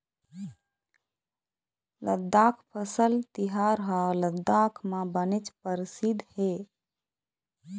लद्दाख फसल तिहार ह लद्दाख म बनेच परसिद्ध हे